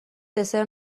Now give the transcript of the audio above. دسر